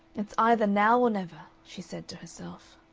it's either now or never, she said to herself.